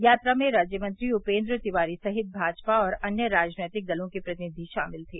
यात्रा में राज्य मंत्री उपेन्द्र तिवारी सहित भाजपा और अन्य राजनैतिक दलों के प्रतिनिधि शामिल थे